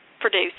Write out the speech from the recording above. produce